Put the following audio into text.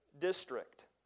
district